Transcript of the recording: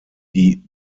die